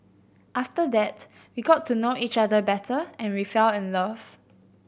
after that we got to know each other better and we fell in love